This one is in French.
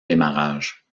démarrage